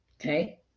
okay